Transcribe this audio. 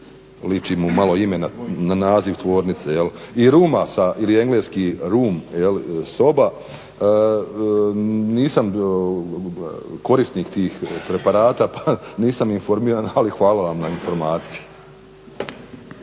liči mu malo ime na naziv tvornice i ruma ili engleski room soba. Nisam korisnik tih preparata, pa nisam informiran, ali hvala vam na informaciji.